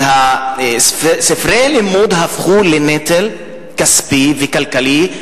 ספרי הלימוד הפכו לנטל כספי וכלכלי,